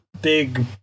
Big